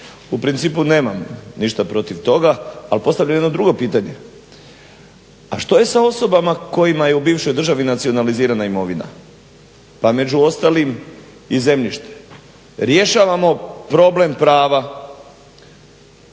U principu nemam ništa protiv toga, ali postavljam jedno drugo čitanje. A što je sa osobama kojima je u bivšoj državi nacionalizirana imovina pa među ostalim i zemljište? Rješavamo problem prava